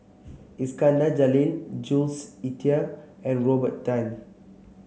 Iskandar Jalil Jules Itier and Robert Tan